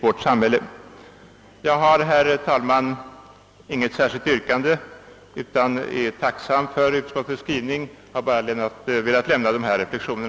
Jag har, herr talman, inget särskilt yrkande utan är tacksam för utskottets skrivning. Jag har endast velat göra dessa reflexioner.